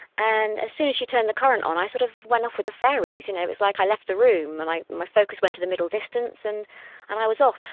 and as soon as she turned the current on i sort of went off with the fairies, you know it was like i left the room and my focus went to the middle distance and and i was off.